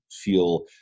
feel